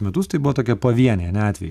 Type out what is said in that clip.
metus tai buvo tokie pavieniai ane atvejai